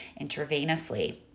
intravenously